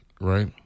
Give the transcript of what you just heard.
Right